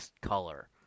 color